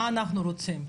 מה אנחנו רוצים,